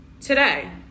Today